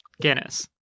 Guinness